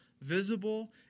visible